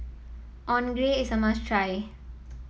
onigiri is a must try